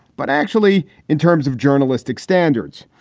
but actually in terms of journalistic standards.